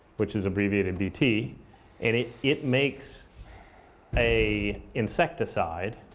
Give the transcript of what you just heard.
which is abbreviated bt, and it it makes a insecticide.